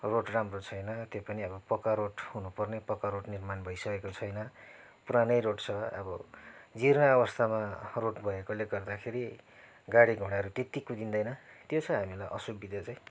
road राम्रो छैन त्यही पनि अब पक्का रोड हुनुपर्ने पक्का रोड निर्माण भइसकेको छैन पुरानै रोड छ अब जीर्ण अवस्थामा रोड भएकोले गर्दाखेरि गाडी घोडाहरू त्यति कुदिँदैन त्यो छ हामीलाई असुविधा चाहिँ